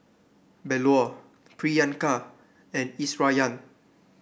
Bellur Priyanka and Iswaran